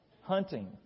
Hunting